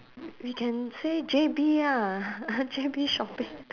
we can say J_B ah J_B shopping